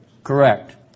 Correct